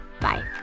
Bye